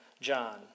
John